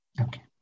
Okay